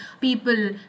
people